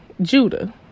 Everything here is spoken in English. Judah